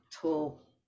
tool